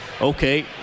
Okay